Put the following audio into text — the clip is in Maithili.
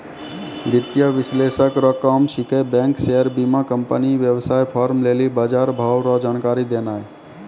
वित्तीय विश्लेषक रो काम छिकै बैंक शेयर बीमाकम्पनी वेवसाय फार्म लेली बजारभाव रो जानकारी देनाय